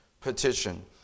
Petition